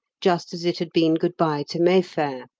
just as it had been good-bye to mayfair.